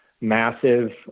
massive